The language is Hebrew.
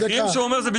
מאוד